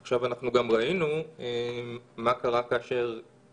אנחנו גם ראינו מה קרה כאשר